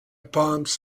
palms